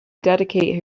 dedicate